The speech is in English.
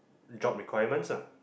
job requirements ah